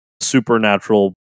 supernatural